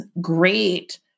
great